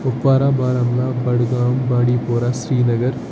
Kupwara Baramulla Budgam Bandipora Srinagar